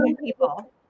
people